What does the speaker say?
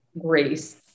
grace